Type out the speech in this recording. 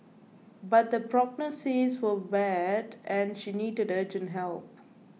but the prognosis was bad and she needed urgent help